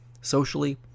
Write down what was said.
socially